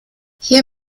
hier